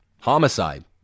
homicide